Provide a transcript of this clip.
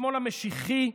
לשמאל המשיחי,